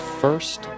first